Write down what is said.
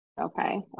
Okay